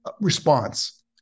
response